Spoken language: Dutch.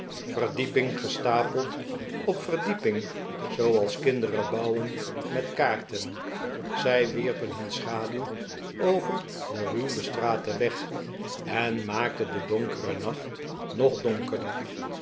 verdieping gestapeld op verdieping zooals kinderen bouwen met kaarten zij wierpen huh schaduw over den ruw bestraten weg en maakten den donkeren nacht nog donkerder